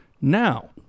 Now